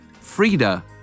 Frida